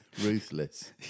ruthless